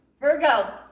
Virgo